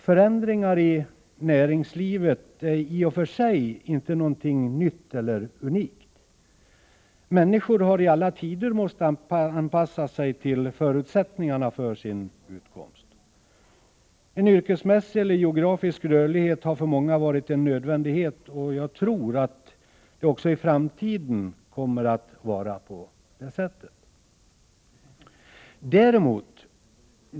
Förändringar i näringslivet är inte i och för sig någonting nytt eller unikt. Människor har i alla tider varit tvungna att anpassa sig till förutsättningarna för sin utkomst. En yrkesmässig eller geografisk rörlighet har för många varit en nödvändighet, och jag tror att det kommer att vara på det sättet också i framtiden.